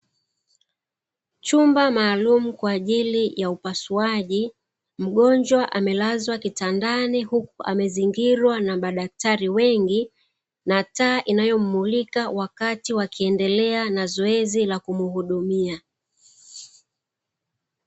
Chumba maalumu kwa ajili ya upasuaji, mgonjwa amelazwa kitandani huku amezingirwa na madaktari wengi, na taa inayomulika wakati wakiendelea na zoezi la kumhudumia.